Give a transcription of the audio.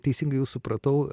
teisingai jus supratau